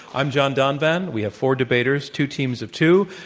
i'm john donvan. we have four debaters, two teams of two,